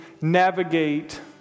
navigate